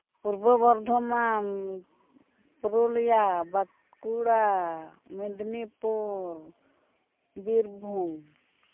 Purba Bardhaman Purulia Bankura Medinipur Birbhum